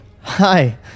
Hi